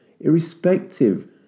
irrespective